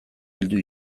bildu